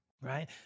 Right